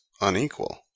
unequal